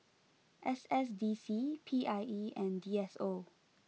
S S D C P I E and D S O